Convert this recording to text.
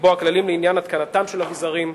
לקבוע כללים לעניין התקנתם של אביזרים,